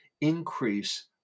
increase